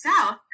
South